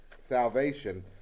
salvation